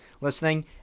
listening